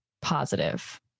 positive